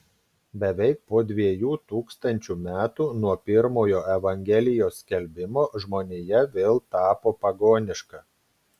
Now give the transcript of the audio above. beveik po dviejų tūkstančių metų nuo pirmojo evangelijos skelbimo žmonija vėl tapo pagoniška